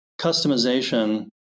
customization